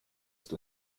ist